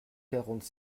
quarante